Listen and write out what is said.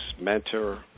mentor